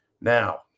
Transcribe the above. Now